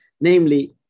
namely